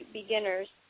beginners